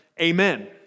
Amen